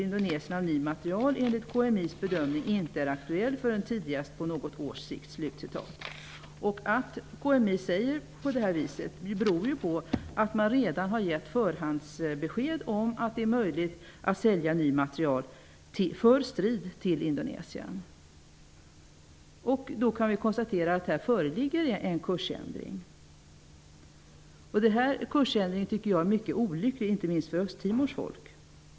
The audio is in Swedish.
Indonesien av ny materiel enligt KMI:s bedömning inte är aktuell förrän tidigast på något års sikt''. Att KMI säger på detta vis beror på att man redan har gett förhandsbesked om att det är möjligt att sälja ny materiel för strid till Indonesien. Vi kan konstatera att det föreligger en kursändring. Jag tycker att denna kursändring är mycket olycklig, inte minst för Östtimors folk.